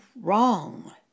wrong